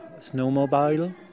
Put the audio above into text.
snowmobile